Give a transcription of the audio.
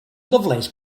lovelace